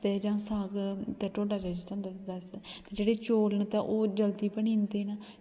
ते साग ते ढोड्डा बेस्ट होंदा बस ते जेह्ड़े चौल न ओह् जल्दी बनी जंदे